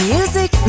Music